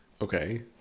okay